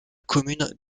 commune